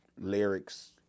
lyrics